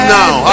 now